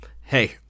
Hey